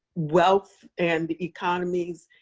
wealth and the economies,